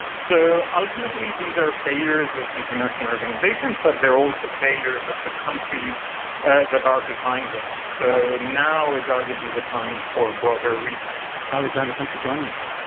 so ultimately these are failures of international organisations but are also failures of the countries ah that are behind them. so now is arguably the time for a broader rethink. alexander, thanks for joining us.